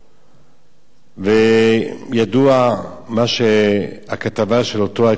וידועה הכתבה של אותו העיתונאי האיטלקי